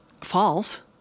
false